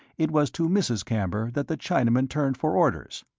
it was to mrs. camber that the chinaman turned for orders.